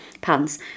pants